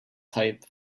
type